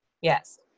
yes